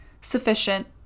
sufficient